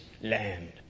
land